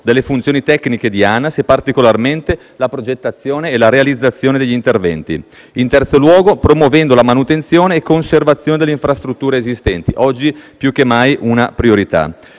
delle funzioni tecniche di ANAS, particolarmente la progettazione e la realizzazione degli interventi; in terzo luogo, promuovendo la manutenzione e conservazione delle infrastrutture esistenti, oggi più che mai una priorità.